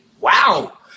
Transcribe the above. wow